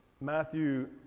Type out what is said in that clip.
Matthew